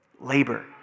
Labor